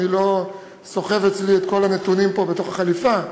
אני לא סוחב את כל הנתונים אצלי פה בתוך החליפה,